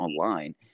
online